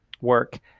work